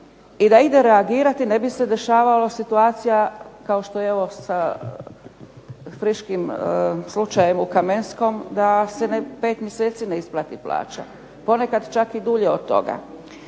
I da ide reagirati ne bi se dešavalo situacija kao što je evo sa friškim slučajem u Kamenskom da se 5 mjeseci ne isplati plaća. Ponekad čak i dulje od toga.